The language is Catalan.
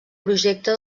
projecte